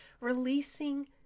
releasing